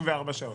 74 שעות.